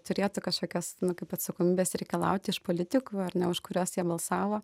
turėtų kažkokios nu kaip atsakomybės reikalauti iš politikų ar ne už kuriuos jie balsavo